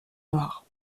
noir